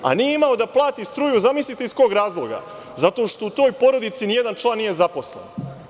A nije imao da plati struju, zamislite iz kog razloga, zato što u toj porodici nijedan član nije zaposlen.